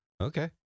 Okay